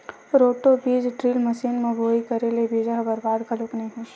roto बीज drill machine म बोवई करे ले बीजा ह बरबाद घलोक नइ होवय